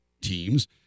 teams